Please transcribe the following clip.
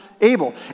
Abel